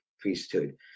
priesthood